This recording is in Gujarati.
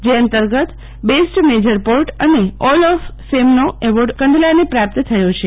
જે અંતર્ગત બેસ્ટ મેજર પોર્ટ અને ઓલ ઓફ ફેમનો એવોર્ડ કંડલાને પ્રાપ્ત થયો છે